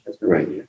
Right